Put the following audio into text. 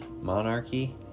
Monarchy